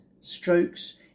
strokes